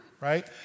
right